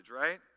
right